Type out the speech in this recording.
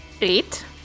Eight